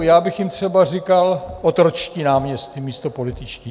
Já bych jim třeba říkal otročtí náměstci místo političtí.